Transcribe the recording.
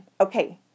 Okay